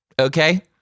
okay